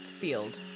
field